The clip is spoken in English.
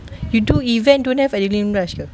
you do event don't have adrenaline rush ke